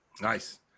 Nice